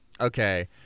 Okay